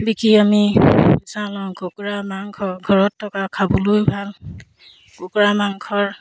বিকি আমি পইচা লওঁ কুকুৰা মাংস ঘৰত থকা খাবলৈও ভাল কুকুৰা মাংসৰ